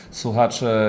słuchacze